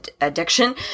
addiction